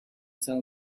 tell